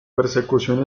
persecución